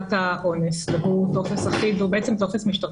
לערכת האונס, והוא טופס אחיד והוא טופס משטרתי.